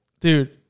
Dude